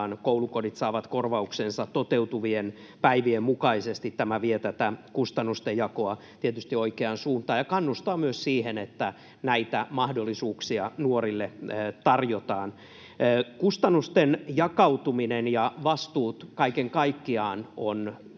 koulukodit saavat korvauksensa toteutuvien päivien mukaisesti. Tämä vie tätä kustannusten jakoa tietysti oikeaan suuntaan ja kannustaa myös siihen, että näitä mahdollisuuksia nuorille tarjotaan. Kustannusten jakautuminen ja vastuut kaiken kaikkiaan ovat